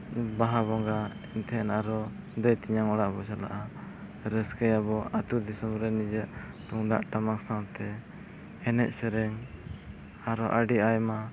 ᱵᱟᱦᱟ ᱵᱚᱸᱜᱟ ᱮᱱᱛᱮ ᱟᱨᱚ ᱫᱟᱹᱭ ᱛᱮᱧᱟᱝ ᱚᱲᱟᱜ ᱵᱚᱱ ᱪᱟᱞᱟᱜᱼᱟ ᱨᱟᱹᱥᱠᱟᱹᱭᱟᱵᱚᱱ ᱟᱛᱳ ᱫᱤᱥᱚᱢ ᱨᱮ ᱱᱤᱡᱮᱨᱟᱜ ᱛᱩᱢᱫᱟᱜ ᱴᱟᱢᱟᱠ ᱥᱟᱶᱛᱮ ᱮᱱᱮᱡ ᱥᱮᱨᱮᱧ ᱟᱨᱚ ᱟᱹᱰᱤ ᱟᱭᱢᱟ